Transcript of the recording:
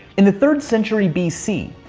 in the third century bc,